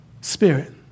spirit